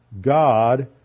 God